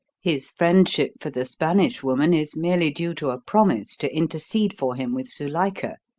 his friendship for the spanish woman is merely due to a promise to intercede for him with zuilika.